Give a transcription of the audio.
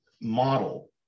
model